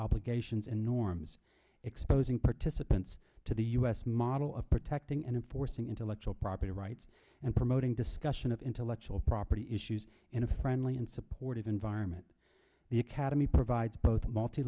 obligations and norms exposing participants to the us model of protecting and enforcing intellectual property rights and promoting discussion of intellectual property issues in a friendly and supportive environment the academy provides both multi